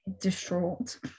distraught